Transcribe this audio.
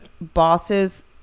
bosses